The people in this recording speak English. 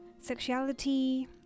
sexuality